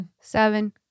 Seven